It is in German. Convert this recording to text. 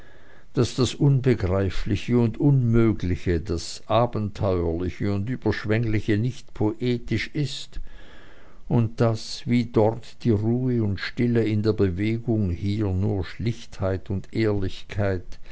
daß das unbegreifliche und unmögliche das abenteuerliche und überschwengliche nicht poetisch ist und daß wie dort die ruhe und stille in der bewegung hier nur schlichtheit und ehrlichkeit